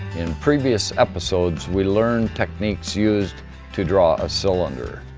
previous episodes, we learned techniques used to draw a cylinder.